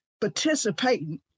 participating